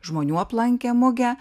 žmonių aplankė mugę